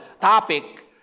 topic